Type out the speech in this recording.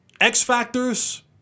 X-Factors